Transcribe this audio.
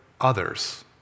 others